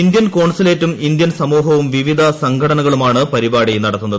Indian കോൺസുലേറ്റും Indian സമൂഹവും വിവിധ സംഘടനകളുമാണ് പരിപാടി നടത്തുന്നത്